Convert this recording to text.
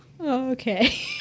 Okay